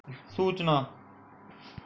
सूचनां